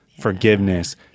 forgiveness